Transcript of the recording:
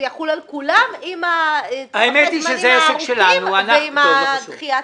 זה יחול על כולם עם הזמנים הארוכים ועם ההנמקה.